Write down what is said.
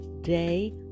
day